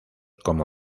como